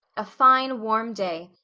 a fine, warm day,